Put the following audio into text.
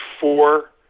four